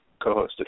co-hosted